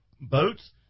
boats